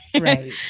Right